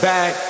Back